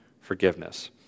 forgiveness